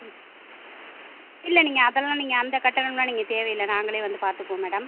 ம் இல்லை நீங்கள் அதெல்லாம் நீங்கள் அந்த கட்டணமெலாம் நீங்கள் தேவையில்லை நாங்களே வந்து பார்த்துக்குவோம் மேடம்